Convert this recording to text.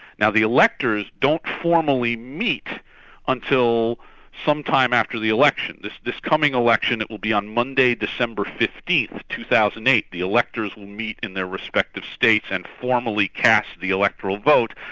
now the electors don't formally meet until sometime after the election. this this coming election it will be on monday december fifteenth two thousand and eight, the electors will meet in their respective states and formally cast the electoral vote.